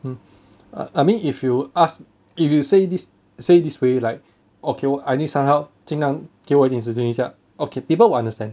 mm I mean if you ask if you say this say this way like okay I need some help 尽量给我一点时间一下 okay people will understand